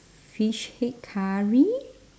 fish head curry